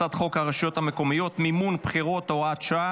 הצעת חוק הרשויות המקומיות (מימון בחירות) (הוראת שעה),